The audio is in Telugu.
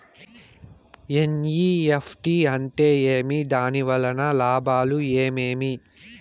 ఎన్.ఇ.ఎఫ్.టి అంటే ఏమి? దాని వలన లాభాలు ఏమేమి